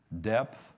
depth